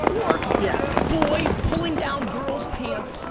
or yeah boy pulling down girl's pants,